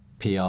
PR